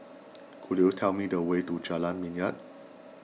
could you tell me the way to Jalan Minyak